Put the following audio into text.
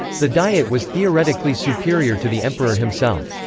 the diet was theoretically superior to the emperor himself.